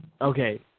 Okay